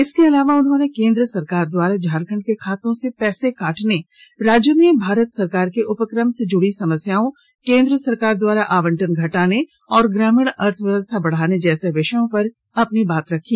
इसके अलावा उन्होंने केंद्र सरकार द्वारा झारखण्ड के खातों से पैसे काटने राज्य में भारत सरकार के उपक्रम से जुडी समस्याओं केंद्र सरकार द्वारा आवंटन घटाने और ग्रामीण अर्थव्यवस्था बढ़ाने जैसे विषयों पर अपनी बात रखी